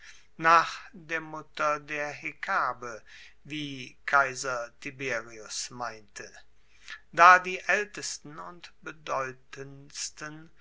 nach der mutter der hekabe wie kaiser tiberius meinte da die aeltesten und bedeutendsten